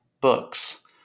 books